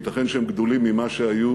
ייתכן שהם גדולים ממה שהיו